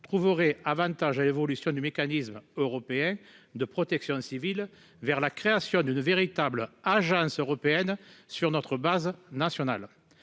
trouverait Avantage à l'évolution du mécanisme européen de protection civile vers la création d'une véritable agence européenne sur notre base nationale